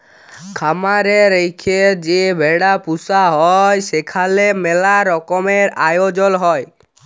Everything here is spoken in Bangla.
খামার এ রেখে যে ভেড়া পুসা হ্যয় সেখালে ম্যালা রকমের আয়জল হ্য়য়